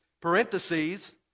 parentheses